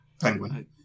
penguin